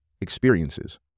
experiences